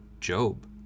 Job